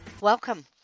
Welcome